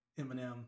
Eminem